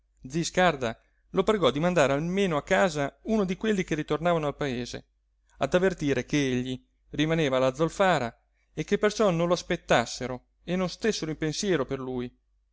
zi scarda lo pregò di mandare almeno a casa uno di quelli che ritornavano al paese ad avvertire che egli rimaneva alla zolfara e che perciò non lo aspettassero e non stessero in pensiero per lui